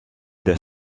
the